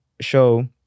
show